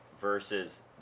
versus